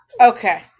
Okay